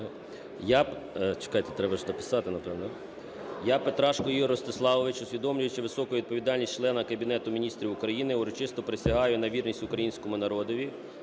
Я, Петрашко Ігор Ростиславович, усвідомлюючи високу відповідальність члена Кабінету Міністрів України, урочисто присягаю на вірність Українському народові.